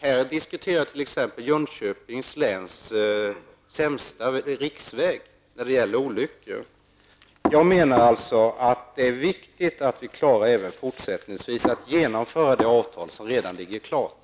Här diskuteras t.ex. Jönköpings läns sämsta riksväg när det gäller olyckor. Jag menar alltså att det är viktigt att vi även fortsättningsvis klarar att genomföra det avtal som ligger klart.